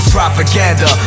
Propaganda